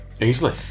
Easily